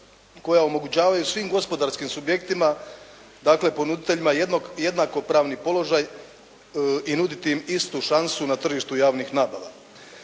koja omogućavaju svim gospodarskim subjektima, dakle ponuditeljima jednakopravni položaj i nuditi im istu šansu na tržištu javnih nabava.